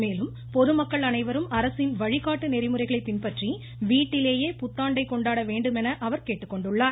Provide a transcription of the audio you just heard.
மேலும் பொதுமக்கள் அனைவரும் அரசின் வழிகாட்டு நெறிமுறைகளை பின்பற்றி வீட்டிலேயே புத்தாண்டை கொண்டாட வேண்டுமென அவர் கேட்டுக்கொண்டுள்ளார்